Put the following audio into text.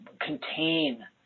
contain